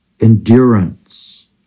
Endurance